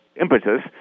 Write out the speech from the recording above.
impetus